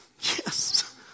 Yes